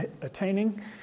attaining